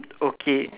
okay